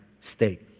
state